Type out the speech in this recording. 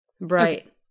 Right